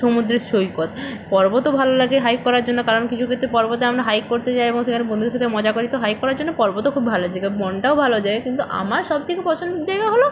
সমুদ্রের সৈকত পর্বতও ভালো লাগে হাইক করার জন্য কারণ কিছু ক্ষেত্রে পর্বতে আমরা হাইক করতে যাই এবং সেখানে বন্ধুদের সাথে মজা করি তো হাইক করার জন্য পর্বতও খুব ভালো জায়গা বনটাও ভালো জায়গা কিন্তু আমার সব থেকে পছন্দের জায়গা হল